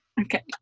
okay